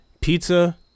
pizza